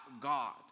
God